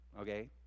okay